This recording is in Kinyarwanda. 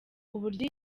uburyo